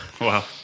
Wow